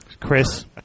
Chris